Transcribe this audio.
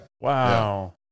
Wow